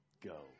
go